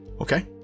Okay